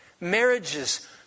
Marriages